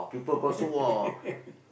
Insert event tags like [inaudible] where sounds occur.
[laughs]